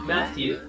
Matthew